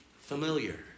familiar